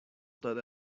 داده